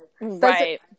Right